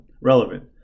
relevant